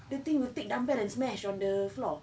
the thing will take dumbbell and smash on the floor